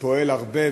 ופועל הרבה.